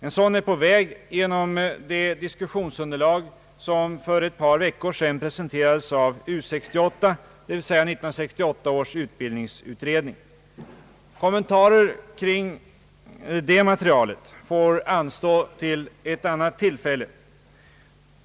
En sådan är på väg genom det diskussionsunderlag som för ett par veckor sedan presenterades av U68, dvs. 1968 års utbildningsutredning. Kommentarer kring det materialet får anstå till ett annat tillfälle.